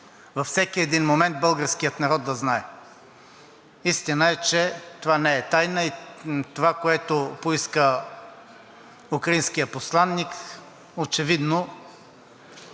във всеки един момент българският народ да знае. Истина е, че това не е тайна и това, което поиска украинският посланик, очевидно така